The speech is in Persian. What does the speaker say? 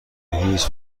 هیچ